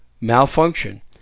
malfunction